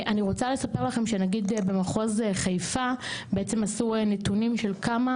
אני רוצה לספר לכם שנגיד במחוז חיפה בעצם עשו נתונים של כמה